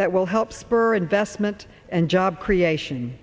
that will help spur investment and job creation